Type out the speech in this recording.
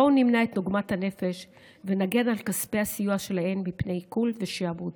בואו נמנע את עוגמת הנפש ונגן על כספי הסיוע שלהן מפני עיקול ושעבוד.